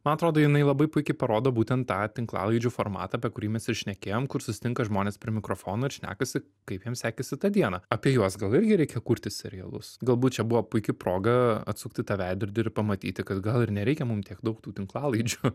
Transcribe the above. man atrodo jinai labai puikiai parodo būtent tą tinklalaidžių formatą apie kurį mes ir šnekėjom kur susitinka žmonės prie mikrofono ir šnekasi kaip jiem sekėsi tą dieną apie juos gal irgi reikia kurti serialus galbūt čia buvo puiki proga atsukti tą veidrodį ir pamatyti kad gal ir nereikia mum tiek daug tų tinklalaidžių